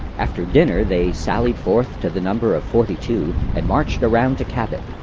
after dinner, they sallied forth to the number of forty-two and marched around to cabot.